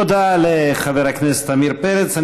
תודה לחבר הכנסת עמיר פרץ.